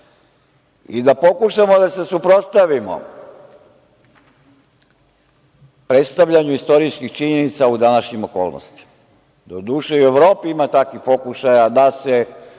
i da pokušamo da se suprotstavimo predstavljanju istorijskih činjenica u današnjim okolnostima. Doduše, i u Evropi ima takvih pokušaja da se